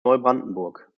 neubrandenburg